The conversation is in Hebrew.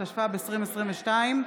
התשפ"ב 2022,